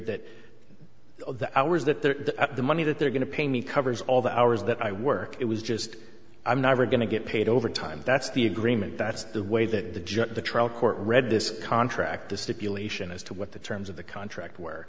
they're at the money that they're going to pay me covers all the hours that i work it was just i'm never going to get paid overtime that's the agreement that's the way that the judge at the trial court read this contract the stipulation as to what the terms of the contract w